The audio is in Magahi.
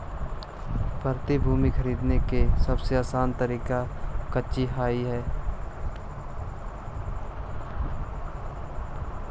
प्रतिभूति खरीदे के सबसे आसान तरीका कउची हइ